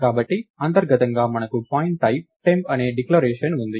కాబట్టి అంతర్గతంగా మనకు పాయింట్టైప్ టెంప్ అనే డిక్లరేషన్ ఉంది